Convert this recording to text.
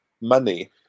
money